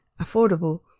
affordable